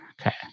Okay